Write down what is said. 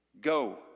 Go